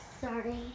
Sorry